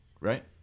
Right